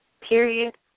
Period